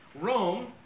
Rome